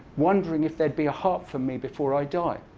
wondering if there'd be a heart for me before i die.